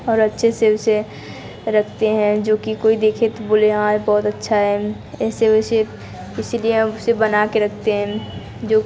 और अच्छे से उसे रखते हैं जो कि कोई देखे तो बोले हाँ ये बहुत अच्छा है ऐसे वैसे इसीलिए हम उसे बना के रखते हैं जो